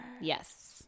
Yes